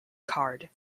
card